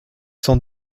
cent